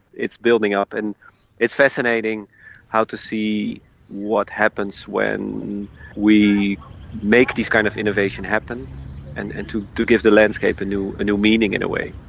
it's building up. and it's fascinating to see what happens when we make these kind of innovations happen and and to to give the landscape a new a new meaning, in a way.